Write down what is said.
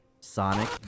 Sonic